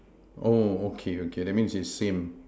oh okay okay that means is same